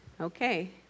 Okay